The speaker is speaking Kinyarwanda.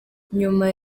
nyuma